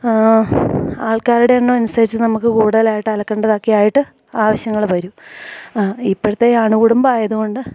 ആൾക്കാരുടെ എണ്ണം അനുസരിച്ച് നമുക്ക് കൂടുതലായിട്ട് അലക്കണ്ടതൊക്കെ ആയിട്ട് ആവശ്യങ്ങള് വരും ഇപ്പഴത്തെ ഈ അണുകുടുംബം ആയതുകൊണ്ട്